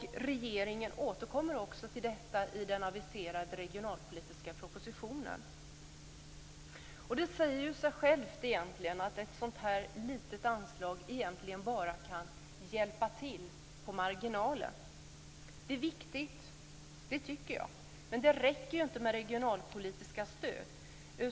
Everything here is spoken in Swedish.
Regeringen återkommer också till detta i den aviserade regionalpolitiska propositionen. Det säger sig självt att ett så här litet anslag egentligen bara kan hjälpa till på marginalen. Det är viktigt. Det tycker jag. Men det räcker ju inte med regionalpolitiska stöd.